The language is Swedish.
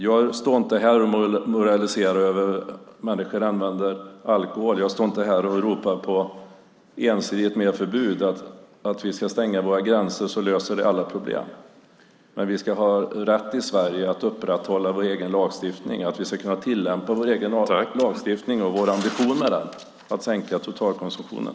Jag står inte här och moraliserar över hur människor använder alkohol. Jag står inte här och ropar på ensidigt fler förbud och att stänga våra gränser. Jag tror inte att det löser alla våra problem. Men vi ska ha rätt att här i Sverige upprätthålla vår egen lagstiftning, tillämpa vår egen lagstiftning och genomföra våra ambitioner att sänka totalkonsumtionen.